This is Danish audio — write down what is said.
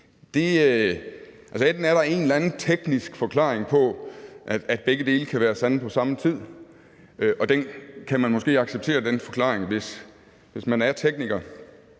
anden teknisk forklaring på, at begge dele kan være sande på samme tid, og den forklaring kan man måske acceptere, hvis man er tekniker,